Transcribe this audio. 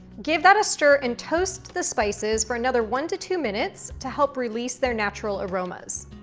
give that a stir and toast the spices for another one to two minutes to help release their natural aromas.